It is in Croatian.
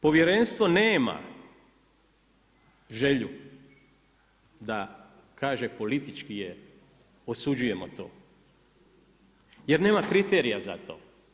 Povjerenstvo nema želju da kaže politički je osuđujemo to, jer nema kriterija za to